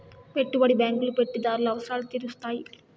పెట్టుబడి బ్యాంకులు పెట్టుబడిదారుల అవసరాలు తీరుత్తాయి